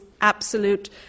absolute